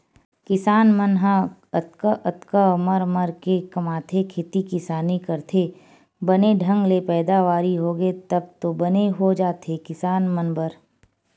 किसान मन ह अतका अतका मर मर के कमाथे खेती किसानी करथे बने ढंग ले पैदावारी होगे तब तो बने हो जाथे किसान मन बर